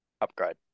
Upgrade